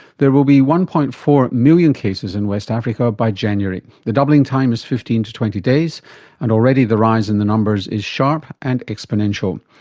there will be one. four million cases in west africa by january. the doubling time is fifteen to twenty days and already the rise in the numbers is sharp and exponential.